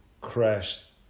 crashed